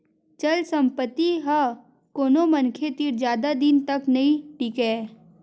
चल संपत्ति ह कोनो मनखे तीर जादा दिन तक नइ टीकय